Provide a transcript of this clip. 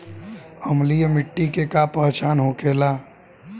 अम्लीय मिट्टी के का पहचान होखेला?